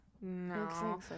no